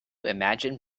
imagine